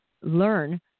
learn